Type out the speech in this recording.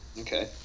Okay